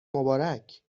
مبارک